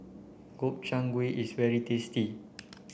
Gobchang Gui is very tasty